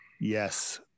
Yes